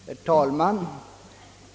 Herr talman!